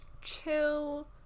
chill